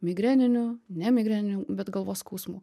migreninių ne migreninių bet galvos skausmų